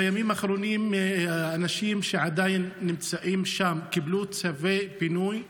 בימים האחרונים אנשים שעדיין נמצאים שם קיבלו צווי פינוי והריסות.